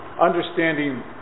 understanding